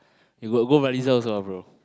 you got go Baliza also ah brother